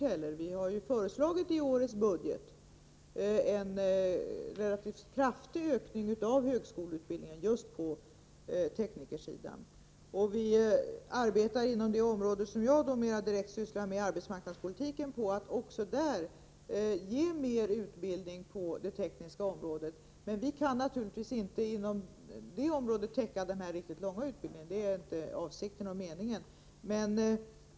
I årets budgetproposition har vi föreslagit en relativt kraftig ökning av högskoleutbildningen just på teknikersidan. Inom det område som jag mer direkt sysslar med, arbetsmarknadspolitiken, arbetar vi för att ge mer utbildning på det tekniska området. Men vi kan naturligvits inte inom det området täcka hela den här långa utbildningen, och det är ju inte heller avsikten.